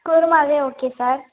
குருமாவே okay sir